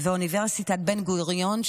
ואוניברסיטת בן-גוריון,